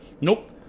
Nope